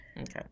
Okay